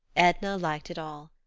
edna liked it all.